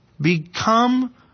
become